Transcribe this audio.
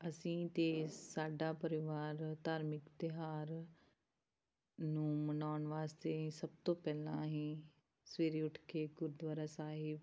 ਅਸੀਂ ਅਤੇ ਸਾਡਾ ਪਰਿਵਾਰ ਧਾਰਮਿਕ ਤਿਉਹਾਰ ਨੂੰ ਮਨਾਉਣ ਵਾਸਤੇ ਸਭ ਤੋਂ ਪਹਿਲਾਂ ਅਸੀਂ ਸਵੇਰੇ ਉੱਠ ਕੇ ਗੁਰਦੁਆਰਾ ਸਾਹਿਬ